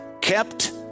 kept